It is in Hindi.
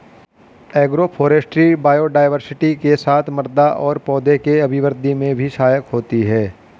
एग्रोफोरेस्ट्री बायोडायवर्सिटी के साथ साथ मृदा और पौधों के अभिवृद्धि में भी सहायक होती है